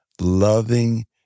loving